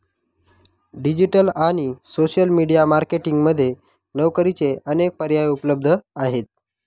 digital आणि social media marketing मध्ये नोकरीचे अनेक पर्याय उपलब्ध आहेत